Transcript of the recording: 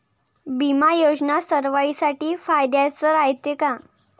बिमा योजना सर्वाईसाठी फायद्याचं रायते का?